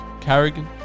Carrigan